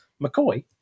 McCoy